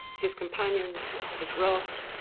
his companions, his raft,